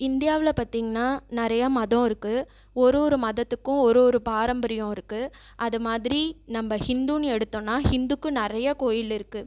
இந்தியாவில் பார்த்திங்கனா நிறைய மதோம் இருக்குது ஒரு ஒரு மதத்துக்கும் ஒரு ஒரு பாரம்பரியோம் இருக்குது அது மாதிரி நம்ம ஹிந்துனு எடுத்தோனா ஹிந்துக்கு நிறைய கோவிலு இருக்குது